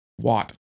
Watt